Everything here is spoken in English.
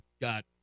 got